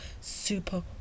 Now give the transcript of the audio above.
super